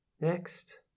Next